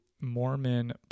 Mormon